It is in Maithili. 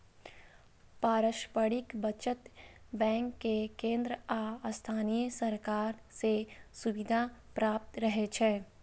पारस्परिक बचत बैंक कें केंद्र आ स्थानीय सरकार सं सुविधा प्राप्त रहै छै